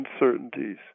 uncertainties